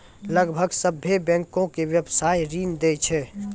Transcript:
लगभग सभ्भे बैंकें व्यवसायिक ऋण दै छै